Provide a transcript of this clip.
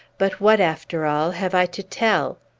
but what, after all, have i to tell?